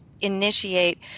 initiate